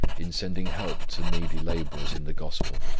in sending help to needy labourers in the gospel.